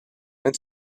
and